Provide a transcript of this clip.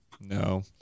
no